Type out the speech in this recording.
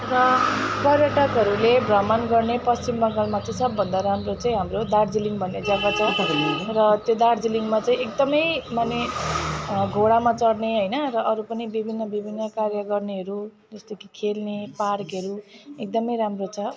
र पर्यटकहरूले भ्रमण गर्ने पश्चिम बङ्गालमा चाहिँ सबभन्दा राम्रो चाहिँ हाम्रो दार्जिलिङ भन्ने जगा छ र त्यो दार्जिलिङमा चाहिँ एकदमै माने घोडामा चढ्ने होइन र अरू पनि विभिन्न विभिन्न कार्य गर्नेहरू जस्तो कि खेल्ने पार्कहरू एकदमै राम्रो छ